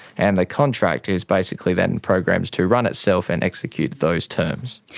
and the contract is basically then programed to run itself and execute those terms.